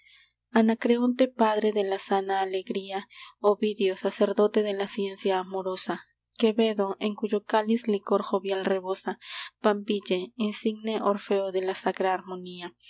poetas risueños anacreonte padre de la sana alegría ovidio sacerdote de la ciencia amorosa quevedo en cuyo cáliz licor jovial rebosa banville insigne orfeo de la sacra harmonía